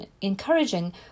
encouraging